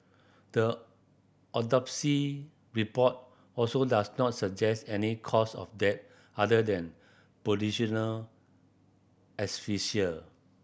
the autopsy report also does not suggest any cause of death other than positional asphyxia